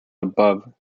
above